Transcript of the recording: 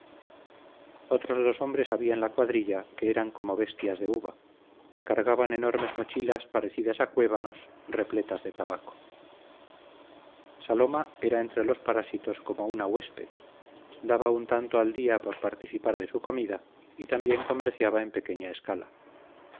otros dos hombres había en la cuadrilla que eran como bestias de uva cargaban enormes mochilas parecidas a cuévanos repletas de tabaco saloma era entre los parásitos como una huésped daba un tanto al día por participar de su comida y también comerciaba en pequeña escala